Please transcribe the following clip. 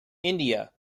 india